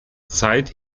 zeit